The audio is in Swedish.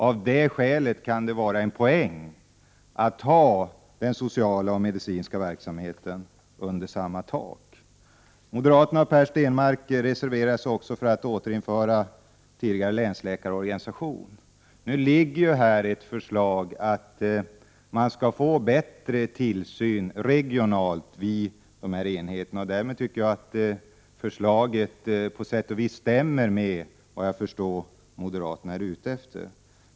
Av det skälet kan det vara en poäng att ha den sociala och medicinska verksamheten under samma tak. Per Stenmarck och moderaterna reserverar sig också för att återinföra tidigare länsläkarorganisation. I propositionen föreslås nu en bättre tillsyn genom de regionala tillsynsenheterna, och det tycker jag stämmer med vad jag förstår att moderaterna är ute efter.